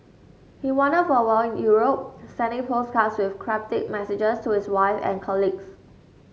he wandered for a while in Europe sending postcards with cryptic messages to his wife and colleagues